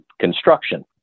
construction